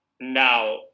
now